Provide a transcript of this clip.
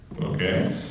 Okay